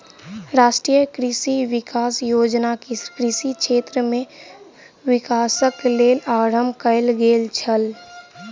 राष्ट्रीय कृषि विकास योजना कृषि क्षेत्र में विकासक लेल आरम्भ कयल गेल छल